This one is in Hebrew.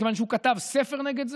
מכיוון שהוא כתב ספר נגד זה,